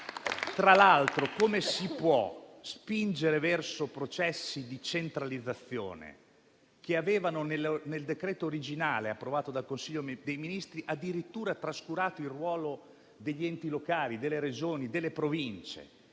tra l'altro, come si può spingere verso processi di centralizzazione che, nel decreto originale approvato dal Consiglio dei ministri, avevano addirittura trascurato il ruolo degli enti locali, delle Regioni delle Province